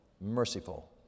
merciful